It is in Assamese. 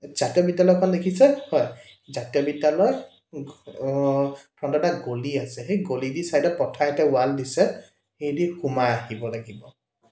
জাতীয় বিদ্যালয়খন দেখিছে হয় জাতীয় বিদ্যালয় ফ্ৰণ্টতে গলি আছে সেই গলি দি ছাইডত পথাৰ এতিয়া ৱাল দিছে সেইদি সোমাই আহিব লাগিব